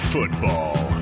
Football